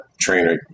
trainer